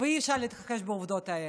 ואי-אפשר להתכחש לעובדות האלה.